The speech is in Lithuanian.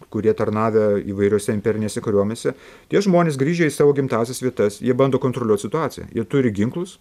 kurie tarnavę įvairiose imperinėse kariuomenėse tie žmonės grįžę į savo gimtąsias vietas jie bando kontroliuot situaciją jie turi ginklus